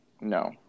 No